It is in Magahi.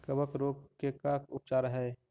कबक रोग के का उपचार है?